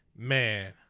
Man